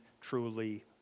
truly